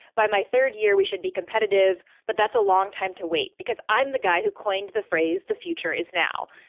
by my third year we should be competitive. but that's a long time to wait, because i'm the guy who coined the phrase the future is now.